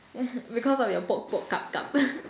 yeah because of your poke poke cup cup